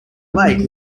lake